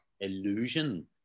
illusion